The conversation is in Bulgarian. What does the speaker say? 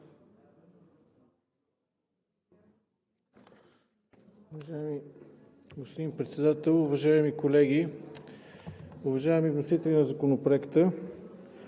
Уважаеми господин Председател, уважаеми колеги! Уважаеми вносители на Законопроекта,